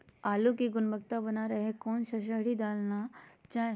आलू की गुनबता बना रहे रहे कौन सा शहरी दलना चाये?